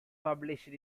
published